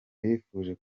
bifuje